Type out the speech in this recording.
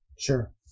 Sure